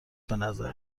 بنظر